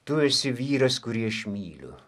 tu esi vyras kurį aš myliu